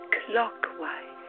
clockwise